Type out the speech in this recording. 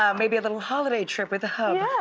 um maybe a little holiday trip with the hub.